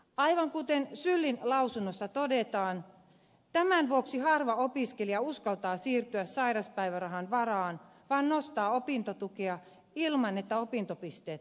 aivan kuten sylin lausunnossa todetaan tämän vuoksi harva opiskelija uskaltaa siirtyä sairauspäivärahan varaan vaan nostaa opintotukea ilman että opintopisteet karttuvat